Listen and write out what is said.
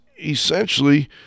essentially